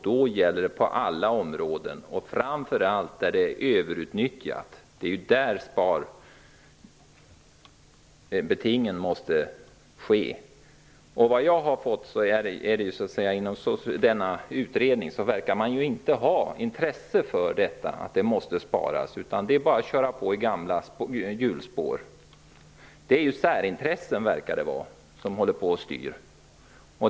Det gäller då på alla områden, framför allt på de områden där systemet är överutnyttjat. Det är på dessa områden som sparbetingen måste ske. Inom denna utredning verkar man inte ha intresse av att spara, utan det är bara att köra på i gamla hjulspår. Det verkar vara särintressen som styr.